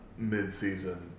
midseason